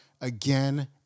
again